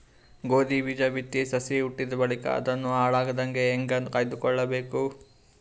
ಗೋಧಿ ಬೀಜ ಬಿತ್ತಿ ಸಸಿ ಹುಟ್ಟಿದ ಬಳಿಕ ಅದನ್ನು ಹಾಳಾಗದಂಗ ಹೇಂಗ ಕಾಯ್ದುಕೊಳಬೇಕು?